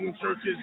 churches